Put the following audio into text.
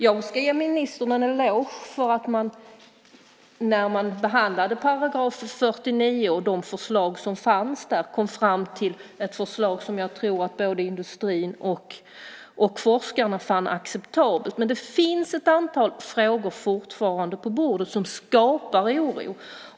Jag ska ge ministern en eloge för att man när man behandlade § 49 och de förslag som fanns där kom fram till ett förslag som jag tror att både industrin och forskarna fann acceptabelt. Men det finns fortfarande ett antal frågor på bordet som skapar oro.